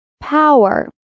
power